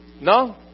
No